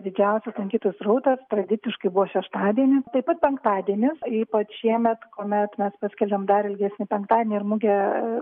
didžiausias lankytojų srautas tradiciškai buvo šeštadienis taip pat penktadienis ypač šiemet kuomet mes paskelbėm dar ilgesnį penktadienį ir mugę